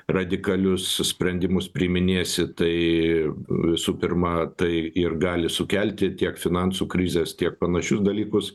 radikalius sprendimus priiminėsi tai visų pirma tai ir gali sukelti tiek finansų krizes tiek panašius dalykus